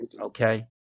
okay